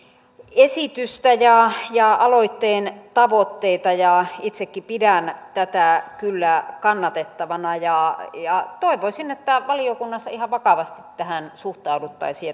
esitystä ja aloitteen tavoitteita itsekin pidän tätä kyllä kannatettavana ja ja toivoisin että valiokunnassa ihan vakavasti tähän suhtauduttaisiin